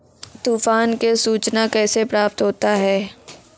तुफान की सुचना कैसे प्राप्त होता हैं?